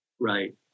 Right